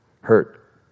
hurt